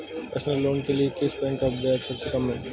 Personal loan के लिए किस बैंक का ब्याज सबसे कम है?